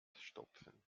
stopfen